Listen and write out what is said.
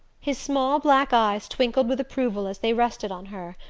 his small black eyes twinkled with approval as they rested on her,